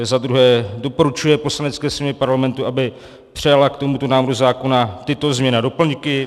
Za druhé, doporučuje Poslanecké sněmovně Parlamentu, aby přijala k tomuto návrhu zákona tyto změny a doplňky.